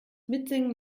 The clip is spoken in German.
mitsingen